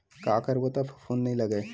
का करबो त फफूंद नहीं लगय?